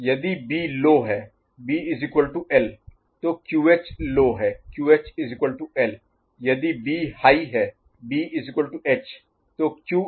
यदि B low है BL तो QH लो है QHL यदि बी हाई BH है तो QH A QHA है